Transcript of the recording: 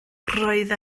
roedd